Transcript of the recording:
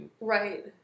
Right